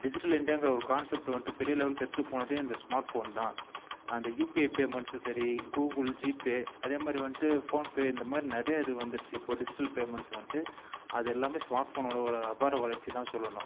digital இண்டியாங்கிற ஒரு concept வந்துட்டு பெரிய லெவல்க்கு எடுத்துகிட்டு போனதே அந்த ஸ்மார்ட் ஃபோன் தான் அந்த யூபிஐ பேமண்ட்சும் சரி கூகுள் ஜீபே அதேமாரி வந்துட்டு ஃபோன் பே இந்தமாதிரி நிறைய இது வந்துடுச்சு இப்போது டிஜிட்டல் பேமண்ட்ஸ் வந்துட்டு அது எல்லாமே ஸ்மார்ட் ஃபோனோட ஒரு அபார வளர்ச்சிதான் சொல்லணும்